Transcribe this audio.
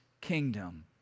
kingdom